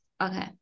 Okay